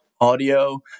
audio